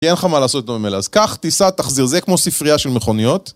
כי אין לך מה לעשות עם אלה, אז קח, תיסע, תחזיר, זה יהיה כמו ספרייה של מכוניות.